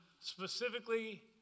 specifically